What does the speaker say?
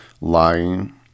lying